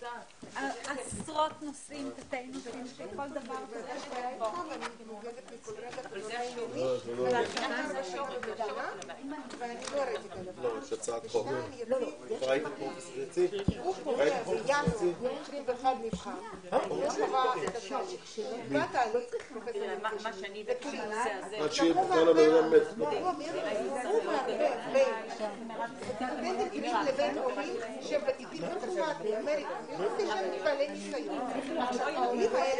13:53.